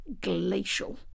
glacial